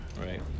Right